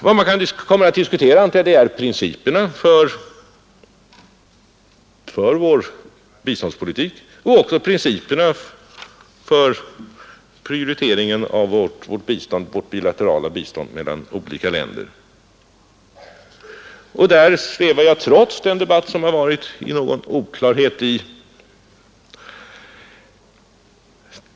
Vad man kan komma att diskutera är principerna för vår biståndspolitik liksom principerna för prioritering av vårt bilaterala bistånd i olika fall. Trots den debatt som förekommit kvarstår en viss oklarhet.